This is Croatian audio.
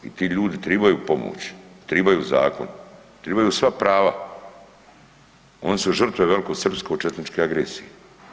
I ti ljudi tribaju pomoći, tribaju zakon, tribaju sva prava, oni su žrtve velikosrpsko četničke agresije.